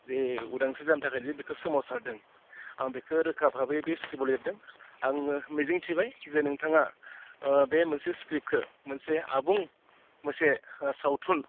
जे उदांस्रि जानो थाखाय जि बेखौ सोमावसारदों आं बेखौ रोखा भाबै बे स्क्रिप्टआव लिरदों आङो मिजिं थिबाय जे नोंथाङा बे मोनसे स्क्रिप्टखौ मोनसे आबुं मोनसे सावथुन